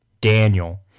Daniel